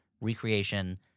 recreation